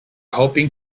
hoping